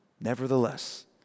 nevertheless